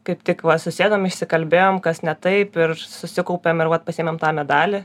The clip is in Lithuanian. kaip tik va susėdom išsikalbėjom kas ne taip ir susikaupėm ir vat pasiėmėm tą medalį